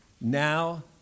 Now